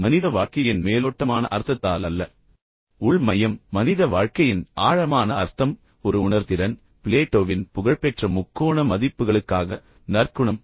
மனித வாழ்க்கையின் மேலோட்டமான அர்த்தத்தால் அல்ல உள் மையம் மனித வாழ்க்கையின் ஆழமான அர்த்தம் ஒரு உணர்திறன் நீங்கள் விரும்பினால் பிளேட்டோவின் புகழ்பெற்ற முக்கோண மதிப்புகளுக்காக நற்குணம்